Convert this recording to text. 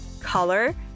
color